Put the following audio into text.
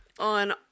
On